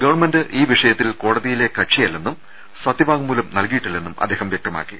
government ഈ വിഷയത്തിൽ കോടതിയിലെ കക്ഷിയല്ലെന്നും സത്യവാങ്മൂലം നൽകിയി ട്ടില്ലെന്നും അദ്ദേഹം വൃക്തമാക്കി